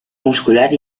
muscular